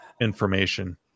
information